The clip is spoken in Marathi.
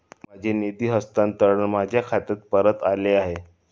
माझे निधी हस्तांतरण माझ्या खात्यात परत आले आहे